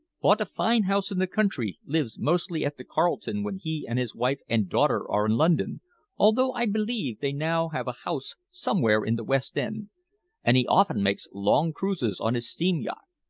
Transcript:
bought a fine house in the country lives mostly at the carlton when he and his wife and daughter are in london although i believe they now have a house somewhere in the west end and he often makes long cruises on his steam-yacht.